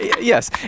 Yes